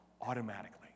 automatically